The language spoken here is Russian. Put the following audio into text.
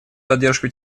поддержку